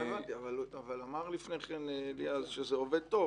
את זה הבנתי, אבל אמר לפני כן אליעז שזה עובד טוב.